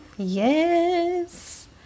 Yes